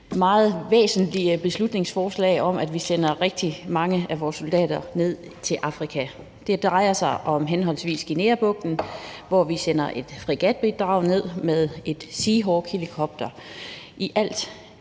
meget væsentlige beslutningsforslag om at sende rigtig mange af vores soldater til Afrika. Det drejer sig om Guineabugten, hvor vi sender et fregatbidrag ned med en Seahawkhelikopter, i alt